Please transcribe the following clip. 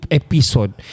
episode